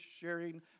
sharing